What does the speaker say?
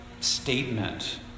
statement